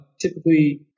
Typically